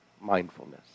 mindfulness